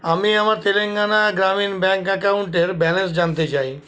আমি আমার তেলেঙ্গানা গ্রামীণ ব্যাংক অ্যাকাউন্টের ব্যালেন্স জানতে চাই